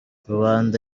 rubanda